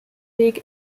weg